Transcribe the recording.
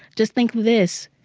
just think of this.